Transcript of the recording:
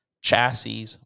chassis